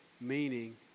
meaning